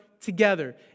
together